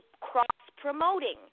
cross-promoting